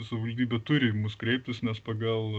savivaldybė turi į mus kreiptis nes pagal